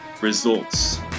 results